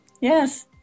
Yes